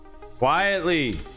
Quietly